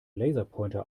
laserpointer